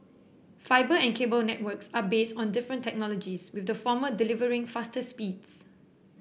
fibre and cable networks are based on different technologies with the former delivering faster speeds